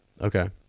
Okay